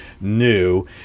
new